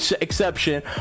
exception